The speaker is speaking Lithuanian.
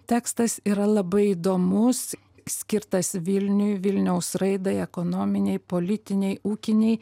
tekstas yra labai įdomus skirtas vilniui vilniaus raidai ekonominei politinei ūkinei